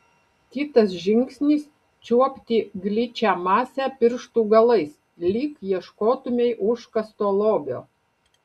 kitas žingsnis čiuopti gličią masę pirštų galais lyg ieškotumei užkasto lobio